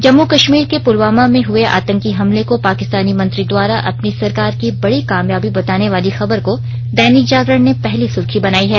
जम्मू कश्मीर के पुलवामा में हुये आतंकी हमले को पाकिस्तानी मंत्री द्वारा अपनी सरकार की बड़ी कामयाबी बताने वाली खबर को दैनिक जागरण ने पहली सुर्खी बनाई है